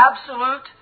absolute